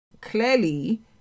Clearly